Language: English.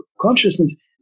consciousness